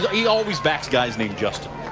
he always backs guys named justin.